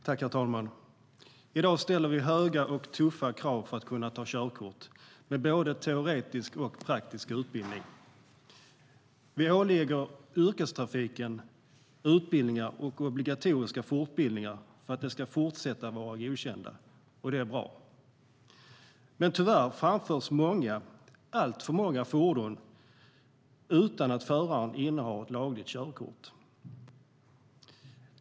Herr talman! I dag ställer vi höga och tuffa krav på dem som ska ta körkort när det gäller både teoretisk och praktisk utbildning. Vi ålägger yrkestrafiken obligatoriska utbildningar och fortbildningar för att de ska fortsätta vara godkända, och det är bra. Men tyvärr framförs alltför många fordon utan att föraren innehar ett lagligt körkort.